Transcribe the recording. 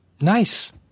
Nice